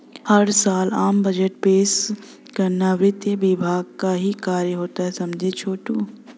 हर साल आम बजट पेश करना वित्त विभाग का ही कार्य होता है समझे छोटू